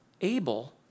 Abel